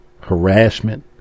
harassment